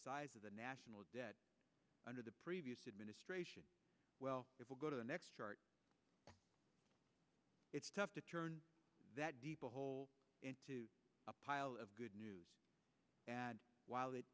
size of the national debt under the previous administration well it will go to the next chart it's tough to turn that whole into a pile of good news while it